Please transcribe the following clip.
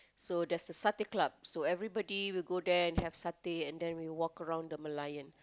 so there's a satay Club so everybody will go there and have satay and then we walk around the Merlion